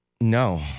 No